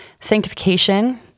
sanctification